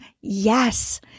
yes